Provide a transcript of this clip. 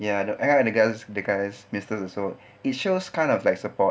ya end up the guys the guys they steal the show it shows kind of like support